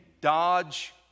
Dodge